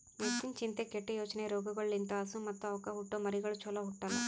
ಹೆಚ್ಚಿನ ಚಿಂತೆ, ಕೆಟ್ಟ ಯೋಚನೆ ರೋಗಗೊಳ್ ಲಿಂತ್ ಹಸು ಮತ್ತ್ ಅವಕ್ಕ ಹುಟ್ಟೊ ಮರಿಗಳು ಚೊಲೋ ಹುಟ್ಟಲ್ಲ